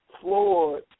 Floyd